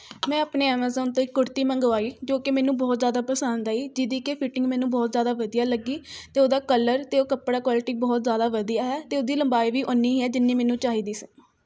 ਮੈਂ ਆਪਣੇ ਐਮਾਜ਼ਾਨ ਤੋਂ ਇੱਕ ਕੁੜਤੀ ਮੰਗਵਾਈ ਜੋ ਕਿ ਮੈਨੂੰ ਬਹੁਤ ਜ਼ਿਆਦਾ ਪਸੰਦ ਆਈ ਜਿਹਦੀ ਕਿ ਫਿਟਿੰਗ ਮੈਨੂੰ ਬਹੁਤ ਜ਼ਿਆਦਾ ਵਧੀਆ ਲੱਗੀ ਅਤੇ ਉਹਦਾ ਕਲਰ ਅਤੇ ਉਹ ਕੱਪੜਾ ਕੁਆਲਿਟੀ ਬਹੁਤ ਜ਼ਿਆਦਾ ਵਧੀਆ ਹੈ ਅਤੇ ਉਹਦੀ ਲੰਬਾਈ ਵੀ ਉਨੀਂ ਹੀ ਹੈ ਜਿੰਨੀ ਮੈਨੂੰ ਚਾਹੀਦੀ ਸੀ